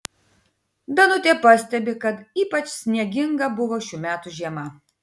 danutė pastebi kad ypač snieginga buvo šių metų žiema